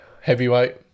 heavyweight